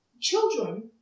children